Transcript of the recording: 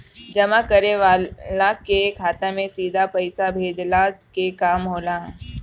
जमा करे वाला के खाता में सीधा पईसा भेजला के काम होला